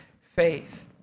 faith